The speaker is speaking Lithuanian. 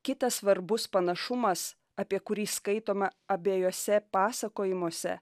kitas svarbus panašumas apie kurį skaitome abiejuose pasakojimuose